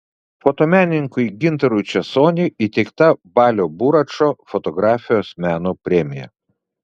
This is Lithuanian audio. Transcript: fotomenininkui gintarui česoniui įteikta balio buračo fotografijos meno premija